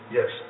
Yes